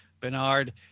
Bernard